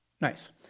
Nice